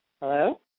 Hello